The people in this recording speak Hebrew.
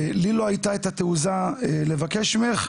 לי לא הייתה את התעוזה לבקש ממך,